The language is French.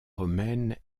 romaine